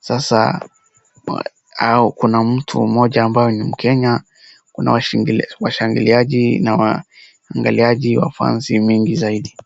sasa, kuna mtu mmoja ambaye ni mkenya, kuna washangiliaji na Wangaliaji wafans mingi zaidi.